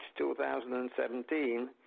2017